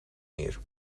meer